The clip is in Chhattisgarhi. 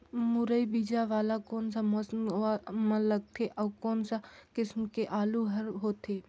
मुरई बीजा वाला कोन सा मौसम म लगथे अउ कोन सा किसम के आलू हर होथे?